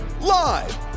live